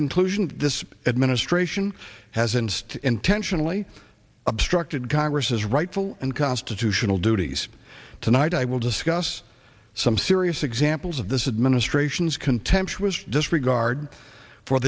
conclusion this administration has and intentionally obstructed congress's rightful and constitutional duties tonight i will discuss some serious examples of this administration's contemptuous disregard for